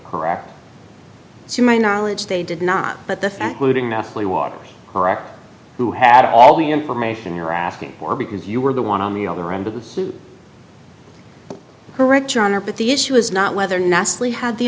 correct to my knowledge they did not but the fact looting matthew waters correct who had all the information you're asking for because you were the one on the other end of the suit correct your honor but the issue is not whether nastily had the